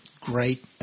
great